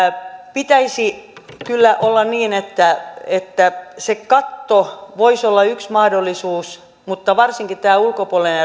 pitäisi kyllä olla niin että että se katto voisi olla yksi mahdollisuus mutta varsinkin tämä ulkopuolinen